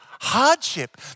hardship